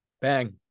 bang